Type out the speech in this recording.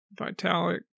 Vitalik